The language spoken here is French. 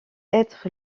être